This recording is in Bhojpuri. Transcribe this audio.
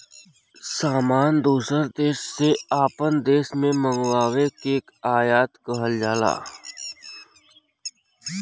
सामान दूसर देस से आपन देश मे मंगाए के आयात कहल जाला